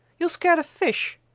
you'll scare the fish.